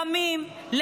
ימים,